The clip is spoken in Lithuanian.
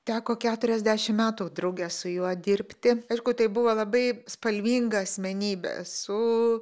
teko keturiasdešim metų drauge su juo dirbti ir tai buvo labai spalvinga asmenybė su